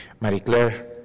Marie-Claire